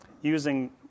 using